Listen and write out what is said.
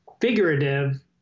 figurative